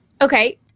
Okay